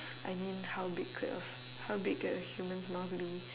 I mean how big could of how big can a human's mouth be